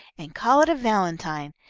and call it a valentine.